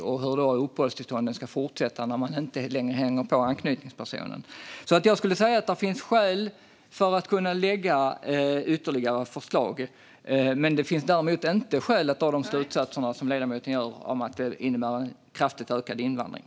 Ska då uppehållstillståndet fortsätta att gälla när man inte längre hänger på anknytningspersonen? Jag skulle säga att det finns skäl att lägga fram ytterligare förslag. Det finns däremot inte skäl att dra de slutsatser som ledamoten gör att det innebär en kraftigt ökad invandring.